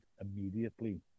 immediately